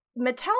Mattel